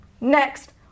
Next